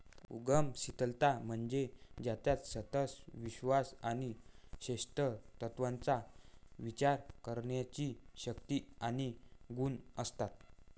उद्यमशीलता म्हणजे ज्याच्यात सतत विश्वास आणि श्रेष्ठत्वाचा विचार करण्याची शक्ती आणि गुण असतात